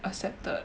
accepted